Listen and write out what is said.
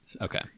Okay